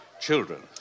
children